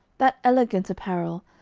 that elegant apparel,